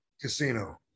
Casino